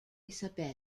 isabela